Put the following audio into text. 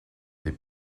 des